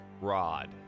Rod